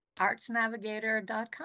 Artsnavigator.com